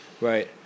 right